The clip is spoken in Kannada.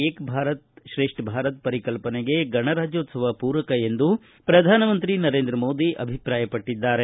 ಏಕ್ ಭಾರತ್ ತ್ರೇಷ್ಠ ಭಾರತ್ ಪರಿಕಲ್ಪನೆಗೆ ಗಣರಾಜ್ಯೋತ್ತವ ಪೂರಕ ಎಂದು ಪ್ರಧಾನ ಮಂತ್ರಿ ನರೇಂದ್ರ ಮೋದಿ ಅಭಿಪ್ರಾಯಪಟ್ಟಿದ್ದಾರೆ